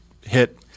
hit